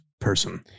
person